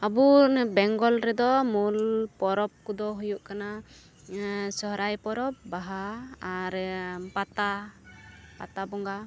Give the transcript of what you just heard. ᱟᱵᱚ ᱵᱮᱝᱜᱚᱞ ᱨᱮᱫᱚ ᱢᱩᱞ ᱯᱚᱨᱚᱵᱽ ᱠᱚᱫᱚ ᱦᱩᱭᱩᱜ ᱠᱟᱱᱟ ᱥᱚᱨᱦᱟᱭ ᱯᱚᱨᱚᱵᱽ ᱵᱟᱦᱟ ᱟᱨ ᱯᱟᱛᱟ ᱯᱟᱛᱟ ᱵᱚᱸᱜᱟ